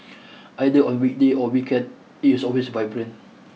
either on weekday or weekend it is always vibrant